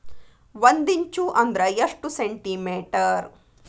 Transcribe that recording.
ಒಂದಿಂಚು ಅಂದ್ರ ಎಷ್ಟು ಸೆಂಟಿಮೇಟರ್?